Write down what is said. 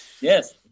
Yes